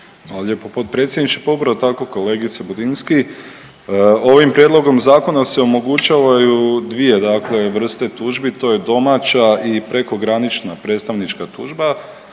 lijepo potpredsjedniče. Pa upravo tako kolegice Budinski, ovim prijedlogom zakona se omogućavaju dvije, dakle vrste tužbi. To je domaća i prekogranična predstavnička tužba.